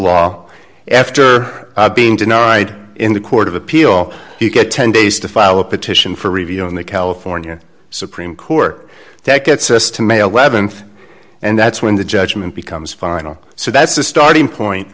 law after being denied in the court of appeal he get ten days to file a petition for review in the california supreme court that gets us to mail webb and and that's when the judgment becomes final so that's the starting point